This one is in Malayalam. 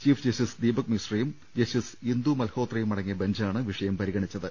ചീഫ് ജസ്റ്റിസ് ദീപക് മിശ്രയും ജസ്റ്റിസ് ഇന്ദു മൽഹോത്രയുമടങ്ങിയ ബഞ്ചാണ് വിഷയം പരിഗണിച്ചത്